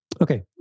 Okay